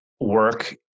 work